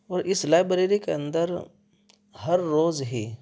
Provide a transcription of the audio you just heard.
اور اس لائبریری کے اندر ہر روز ہی